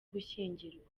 gushyingirwa